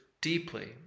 deeply